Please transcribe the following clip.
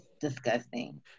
disgusting